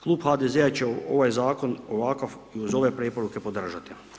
Klub HDZ-a će ovaj zakon, ovakav i uz ove preporuke podržati.